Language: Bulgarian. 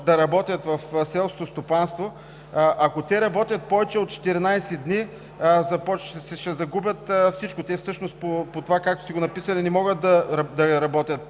да работят в селското стопанство, ако те работят повече от 14 дни, ще загубят всичко. Те всъщност по това, както сте го написали, не могат да работят